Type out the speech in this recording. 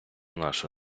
нашу